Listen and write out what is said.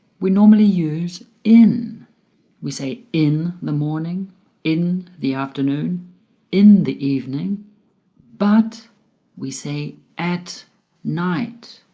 we normally use in we say in the morning in the afternoon in the evening but we say at night